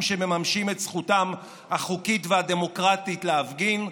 שמממשים את זכותם החוקית והדמוקרטית להפגין,